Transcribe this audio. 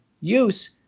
use